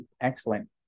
excellent